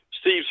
Steve